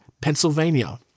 Pennsylvania